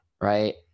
right